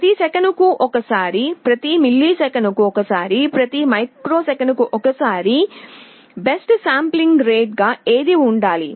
ప్రతి సెకనుకు ఒకసారి ప్రతి మిల్లీసెకన్కు ఒకసారి ప్రతి మైక్రోసెకన్కు ఒకసారి బెస్ట్ శాంప్లింగ్ రేట్ గా ఏది ఉండాలి